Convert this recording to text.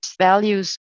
values